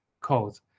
codes